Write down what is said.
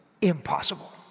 impossible